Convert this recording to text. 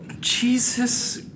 Jesus